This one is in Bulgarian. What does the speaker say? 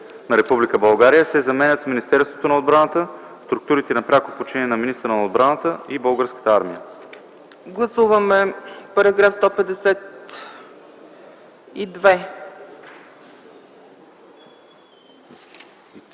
на Република България” се заменят с „Министерството на отбраната, структурите на пряко подчинение на министъра на отбраната и Българската армия”.” ПРЕДСЕДАТЕЛ